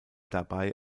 dabei